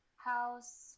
House